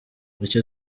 icyo